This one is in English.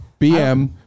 BM